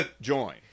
join